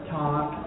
talk